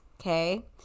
Okay